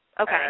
Okay